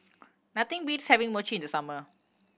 nothing beats having Mochi in the summer